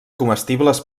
comestibles